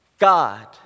God